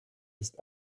ist